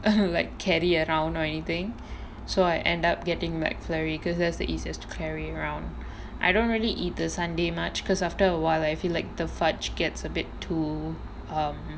like carry around or anything so I end up getting McFlurry because as the easiest carry around I don't really eat the sundae much because after awhile I feel like the fudge gets a bit too um